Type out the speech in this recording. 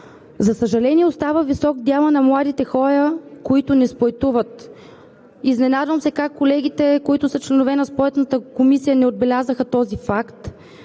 За съжаление, остава висок делът на младите хора, които не спортуват. Изненадвам се как колегите, които са членове на Спортната комисия, не отбелязаха този факт